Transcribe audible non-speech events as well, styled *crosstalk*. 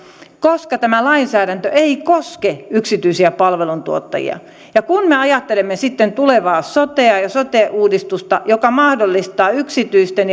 koska tämä lainsäädäntö ei koske yksityisiä palveluntuottajia ja kun me ajattelemme sitten tulevaa sotea ja sote uudistusta joka mahdollistaa yksityisten *unintelligible*